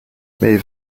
mais